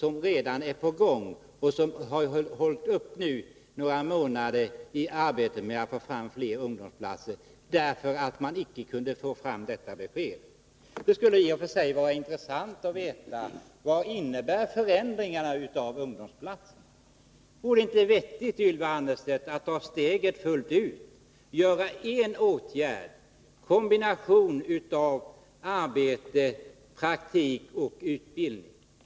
De har nu i några månader hållit upp med arbetet på att få fram fler ungdomsplatser, på grund av att regeringen inte har kunnat lämna detta besked. Det skulle i och för sig vara intressant att veta vad förändringarna när det gäller ungdomsplatserna innebär. Vore det inte vettigt, Ylva Annerstedt, att ta steget fullt ut och vidta åtgärden att skapa en kombination av arbete, praktik och utbildning?